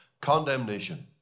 condemnation